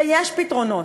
ויש פתרונות,